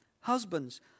Husbands